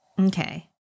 Okay